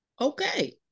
okay